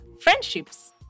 friendships